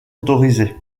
autorisé